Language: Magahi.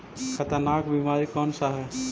खतरनाक बीमारी कौन सा है?